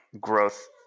growth